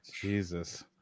jesus